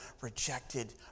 rejected